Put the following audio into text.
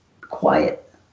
Quiet